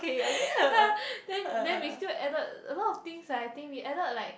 ya then then we still added a lot of things lah I think we added like